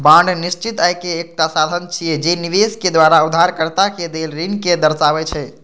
bond निश्चित आय के एकटा साधन छियै, जे निवेशक द्वारा उधारकर्ता कें देल ऋण कें दर्शाबै छै